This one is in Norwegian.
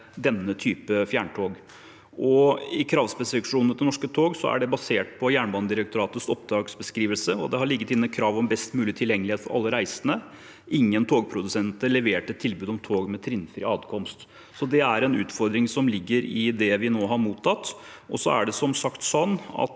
denne typen fjerntog. Kravspesifikasjonene til Norske tog er basert på Jernbanedirektoratets oppdragsbeskrivelse, og det har ligget inne et krav om best mulig tilgjengelighet for alle reisende. Ingen togprodusenter leverte tilbud om tog med trinnfri adkomst, og det er en utfordring som ligger i det vi nå har mottatt. Så er det som sagt slik at